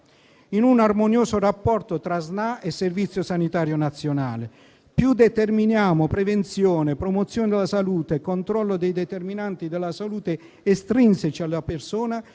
in un armonioso rapporto tra Sna e Servizio sanitario nazionale. Più determiniamo prevenzione, promozione della salute e controllo dei determinanti della salute estrinseci alla persona,